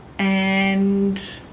and